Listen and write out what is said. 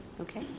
okay